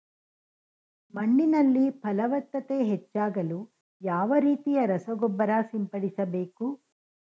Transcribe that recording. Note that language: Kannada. ಮಣ್ಣಿನಲ್ಲಿ ಫಲವತ್ತತೆ ಹೆಚ್ಚಾಗಲು ಯಾವ ರೀತಿಯ ರಸಗೊಬ್ಬರ ಸಿಂಪಡಿಸಬೇಕು?